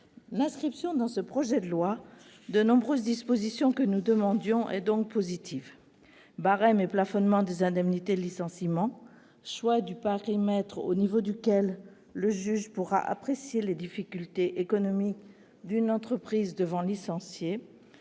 L'inscription dans ce projet de loi de nombreuses dispositions que nous demandions est donc positive : barème et plafonnement des indemnités de licenciement ; choix du périmètre au niveau duquel le juge pourra apprécier les difficultés économiques d'une entreprise devant licencier